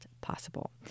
possible